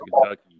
Kentucky